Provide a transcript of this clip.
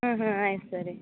ಹಾಂ ಹಾಂ ಆಯ್ತು ಸರಿ